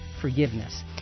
forgiveness